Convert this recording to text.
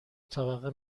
طبقه